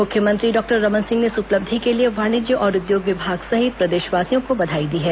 मुख्यमंत्री डॉक्टर रमन सिंह ने इस उपलब्धि के लिए वाणिज्य और उद्योग विभाग सहित प्रदेशवासियों को बधाई दी है